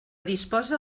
disposa